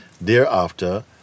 Thereafter